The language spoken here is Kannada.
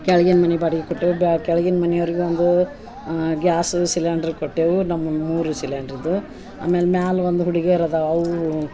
ಕೆಳ್ಗಿನ ಮನೆ ಬಾಡಿಗೆ ಕೊಟ್ಟೆವು ಬ್ಯಾ ಕೆಳ್ಗಿನ ಮನಿಯವ್ರಿಗ ಒಂದು ಗ್ಯಾಸು ಸಿಲೆಂಡ್ರ್ ಕೊಟ್ಟೆವು ನಮ್ಮ ಮೂರು ಸಿಲೆಂಡ್ರ್ ಇದ್ವು ಆಮೇಲೆ ಮ್ಯಾಲೆ ಒಂದು ಹುಡ್ಗ್ಯರು ಅದಾವು ಅವು